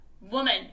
woman